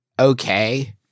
okay